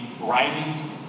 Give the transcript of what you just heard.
writing